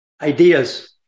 ideas